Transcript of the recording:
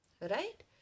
Right